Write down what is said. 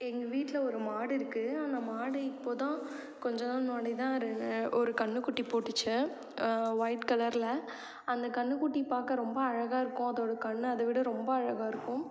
எங்கள் வீட்டில் ஒரு மாடு இருக்குது அந்த மாடு இப்போது தான் கொஞ்ச நாள் முன்னாடி தான் ரு ஒரு கன்றுக்குட்டி போட்டுச்சு ஒயிட் கலரில் அந்த கன்றுக்குட்டி பார்க்க ரொம்ப அழகாக இருக்கும் அதோடய கண்ணு அதை விட ரொம்ப அழகாக இருக்கும்